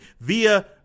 via